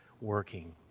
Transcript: working